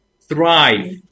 thrive